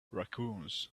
raccoons